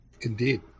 Indeed